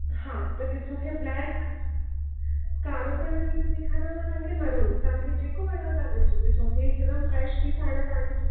हा त ॾिसो हे ब्लैक कारो कलर बि त ॾेखारियो मां तव्हांखे महरुन तव्हांखे जेको वणियो तव्हां ॾिसो ॾिसो हे हिकदमि फ्रैश पीस आहे हाणे तव्हांजे